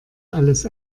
alles